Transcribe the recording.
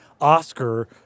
Oscar